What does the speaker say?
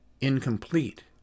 incomplete